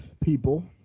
people